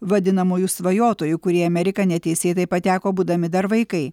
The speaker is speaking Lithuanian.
vadinamųjų svajotojų kurie į ameriką neteisėtai pateko būdami dar vaikai